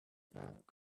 dark